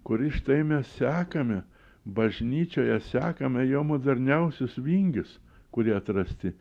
kuris štai mes sekame bažnyčioje sekame jo moderniausius vingius kurie atrasti